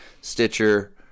Stitcher